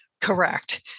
Correct